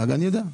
גם אני יודע.